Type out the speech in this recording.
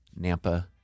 Nampa